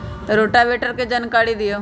Rotavator के जानकारी दिआउ?